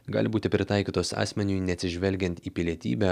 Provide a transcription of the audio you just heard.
gali būti pritaikytos asmeniui neatsižvelgiant į pilietybę